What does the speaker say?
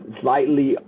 slightly